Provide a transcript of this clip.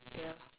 ya